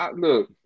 look